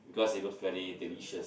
because it looks very delicious